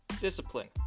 discipline